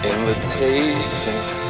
Invitations